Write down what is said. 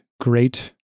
Great